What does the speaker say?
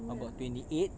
about twenty eight